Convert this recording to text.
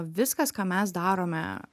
viskas ką mes darome